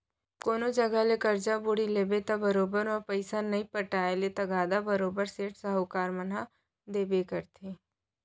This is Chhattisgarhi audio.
कोनो जघा ले करजा बोड़ी लेबे त बरोबर बेरा म पइसा के नइ पटाय ले तगादा बरोबर सेठ, साहूकार मन ह देबे करथे